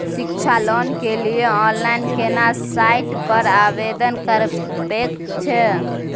शिक्षा लोन के लिए ऑनलाइन केना साइट पर आवेदन करबैक छै?